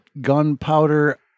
gunpowder